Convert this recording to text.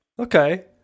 Okay